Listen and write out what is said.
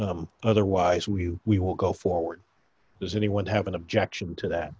otherwise we we will go forward does anyone have an objection to that